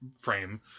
frame